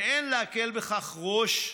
ואין להקל בכך ראש,